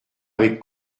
avec